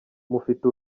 mufite